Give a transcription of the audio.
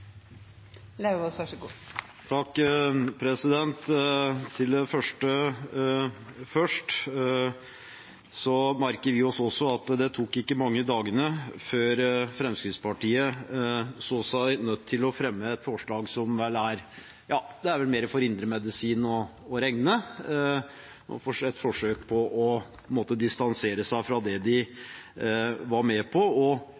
Til det første først: Vi merket oss også at det ikke tok mange dagene før Fremskrittspartiet så seg nødt til å fremme et forslag som vel er mer for indremedisin å regne og også et forsøk på å distansere seg fra det de var med på, og